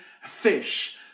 fish